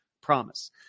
Promise